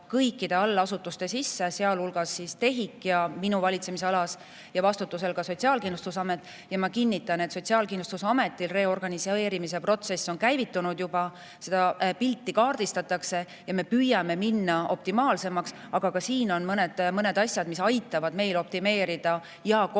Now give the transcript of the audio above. kõikide allasutuste sisse, sealhulgas TEHIK ja minu valitsemisalas ja vastutusel ka Sotsiaalkindlustusamet. Ja ma kinnitan, et Sotsiaalkindlustusametil reorganiseerimise protsess on juba käivitunud, seda pilti kaardistatakse ja me püüame minna optimaalsemaks. Aga ka siin on mõned asjad, mis aitavad meil optimeerida ja kokku hoida